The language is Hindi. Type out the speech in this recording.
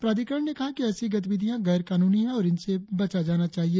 प्राधिकरण ने कहा है कि ऐसी गतिविधियां गैर कानूनी है और इनसे बचा जाना चाहिए